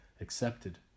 accepted